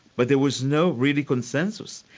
but there was no really consensus.